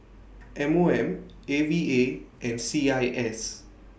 M O M A V A and C I S